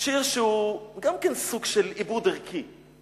שיר שהוא גם כן סוג של איבוד ערכי.